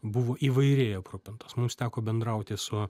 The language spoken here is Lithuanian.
buvo įvairiai aprūpintos mums teko bendrauti su